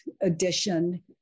edition